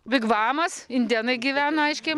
vigvamas indėnai gyveno aiškiai